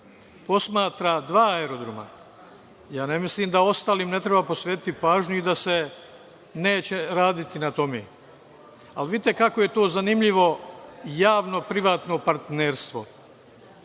posmatra dva aerodroma, ja ne mislim da ostalim ne treba posvetiti pažnju i da se neće raditi na tome, ali vidite kako je to zanimljivo – javno-privatno partnerstvo.